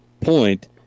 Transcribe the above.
point